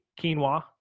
quinoa